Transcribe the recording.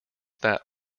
that